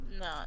No